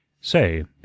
Say